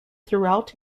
throughout